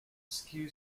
skew